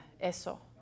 eso